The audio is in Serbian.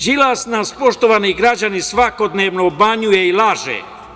Đilas nas, poštovani građani, svakodnevno obmanjuje i laže.